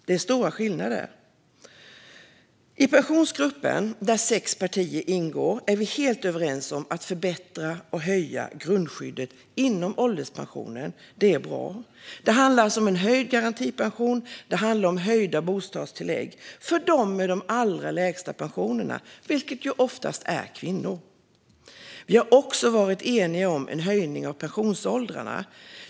Det är stora skillnader. I Pensionsgruppen, där sex partier ingår, är vi helt överens om att grundskyddet ska förbättras och höjas inom ålderspensionen. Det är bra. Det handlar alltså om en höjd garantipension och om höjda bostadstillägg för dem med de allra lägsta pensionerna, vilket ju oftast är kvinnor. Vi har också varit eniga om att höja pensionsåldrarna.